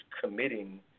committing